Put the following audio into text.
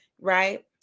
right